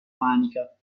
manica